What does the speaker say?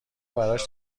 براش